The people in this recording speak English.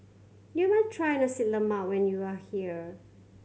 you must try Nasi Lemak when you are here